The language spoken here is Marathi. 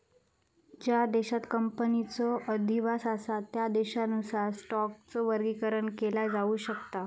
ज्या देशांत कंपनीचो अधिवास असा त्या देशानुसार स्टॉकचो वर्गीकरण केला जाऊ शकता